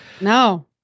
no